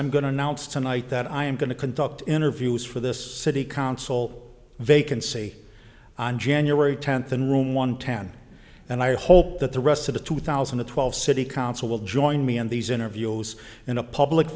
i'm going to announce tonight that i am going to conduct interviews for this city council vacancy on january tenth in room one town and i hope that the rest of the two thousand and twelve city council will join me in these interviews in a public